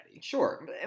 Sure